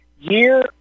year